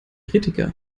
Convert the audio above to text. kritiker